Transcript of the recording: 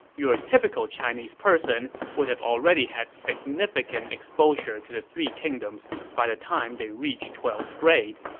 your typical chinese person would have already had significant exposure to the three kingdoms by the time they reach twelfth grade.